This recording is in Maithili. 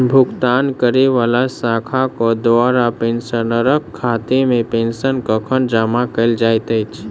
भुगतान करै वला शाखा केँ द्वारा पेंशनरक खातामे पेंशन कखन जमा कैल जाइत अछि